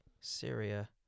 Syria